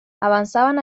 avanzaban